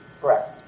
Correct